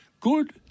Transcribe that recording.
Good